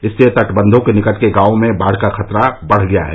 इससे तटबंधों के निकट के गांवों में बाढ़ का खतरा बढ़ गया है